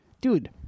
dude